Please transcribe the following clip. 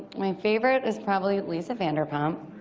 my favorite is probably lisa vanderpump.